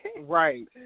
Right